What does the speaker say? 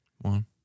One